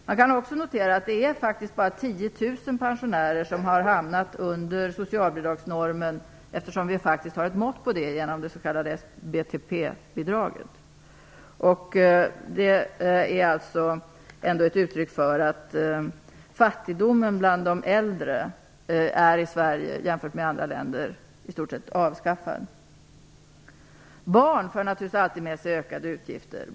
Man kan också notera att bara 10 000 pensionärer har hamnat under socialbidragsnormen; vi har faktiskt ett mått på det genom det s.k. SBTP-bidraget. Detta är ett uttryck för att fattigdomen bland de äldre i Sverige i stort sett är avskaffad. Barn för naturligtvis alltid med sig ökade utgifter.